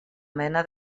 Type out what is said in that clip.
mena